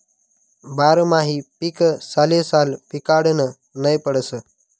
बारमाही पीक सालेसाल पिकाडनं नै पडस